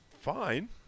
fine